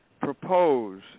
propose